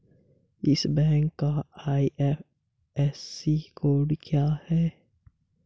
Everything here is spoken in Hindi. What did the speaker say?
इस बैंक का आई.एफ.एस.सी कोड क्या है?